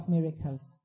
Miracles